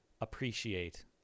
appreciate